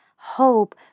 hope